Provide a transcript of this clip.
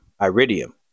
Iridium